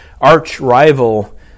arch-rival